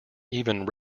even